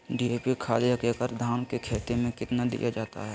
DAP खाद एक एकड़ धान की खेती में कितना दीया जाता है?